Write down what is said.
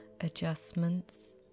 adjustments